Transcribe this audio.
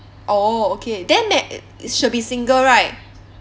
oh okay then that it should be single right